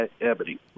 Ebony